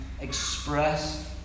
express